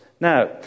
Now